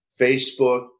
Facebook